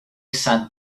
sat